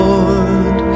Lord